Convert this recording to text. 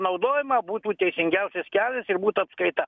naudojimą būtų teisingiausias kelias ir būtų apskaitą